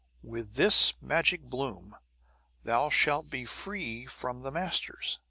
with this magic bloom thou shalt be freed from the masters.